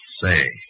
say